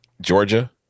georgia